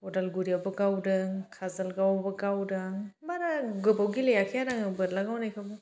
अदालगुरियावबो गावदों काजलगावआवबो गावदों आं बारा गोबाव गेलेयाखै आरो आङो बोरला गावनायखौबो